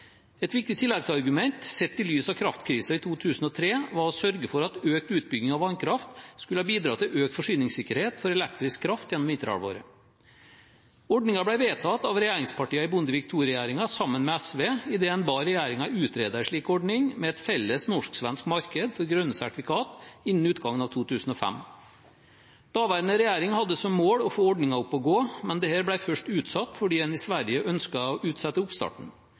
Et viktig tilleggsargument, sett i lys av kraftkrisen i 2003, var å sørge for at økt utbygging av vannkraft skulle bidra til økt forsyningssikkerhet for elektrisk kraft gjennom vinterhalvåret. Ordningen ble vedtatt av regjeringspartiene i Bondevik II-regjeringen, sammen med SV, idet en ba regjeringen utrede en slik ordning med et felles norsk-svensk marked for grønne sertifikater innen utgangen av 2005. Daværende regjering hadde som mål å få ordningen opp og gå, men dette ble først utsatt fordi en i Sverige ønsket å utsette oppstarten.